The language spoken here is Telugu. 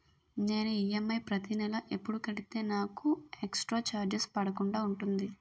నేను ఈ.ఎమ్.ఐ ప్రతి నెల ఎపుడు కడితే నాకు ఎక్స్ స్త్ర చార్జెస్ పడకుండా ఉంటుంది?